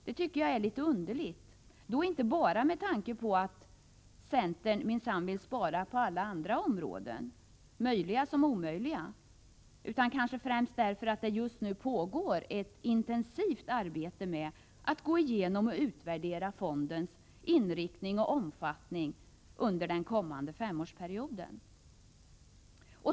Det tycker jag är litet underligt, inte bara med tanke på att centern minsann vill spara på alla områden i övrigt — möjliga som omöjliga — utan kanske främst därför att det just nu pågår ett intensivt arbete med att gå igenom och utvärdera fondens inriktning och omfattning under den kommande femårsperioden.